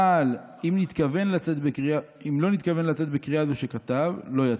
אבל אם לא נתכוון לצאת בקריאה זו שכותב, לא יצא,